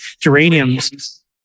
geraniums